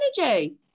energy